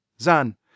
Zan